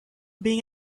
being